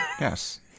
Yes